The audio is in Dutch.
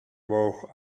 woog